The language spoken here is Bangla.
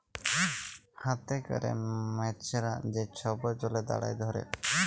হাতে ক্যরে মেছরা যে ছব জলে দাঁড়ায় ধ্যরে